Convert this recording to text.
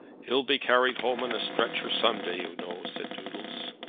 he'll be carried home on a stretcher some day, you know, said doodles.